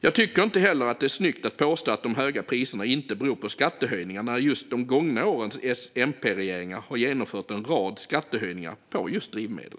Jag tycker heller inte att det är snyggt att påstå att de höga priserna inte beror på skattehöjningar, när de gångna årens S-MP-regeringar har genomfört en rad skattehöjningar på just drivmedel.